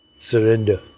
Surrender